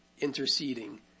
interceding